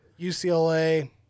UCLA